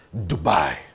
Dubai